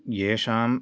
येषां